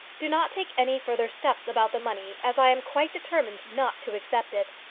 do not take any further steps about the money, as i am quite determined not to accept it.